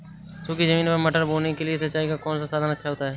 सूखी ज़मीन पर मटर बोने के लिए सिंचाई का कौन सा साधन अच्छा होता है?